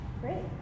Great